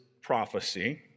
prophecy